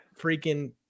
freaking